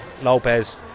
Lopez